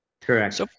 Correct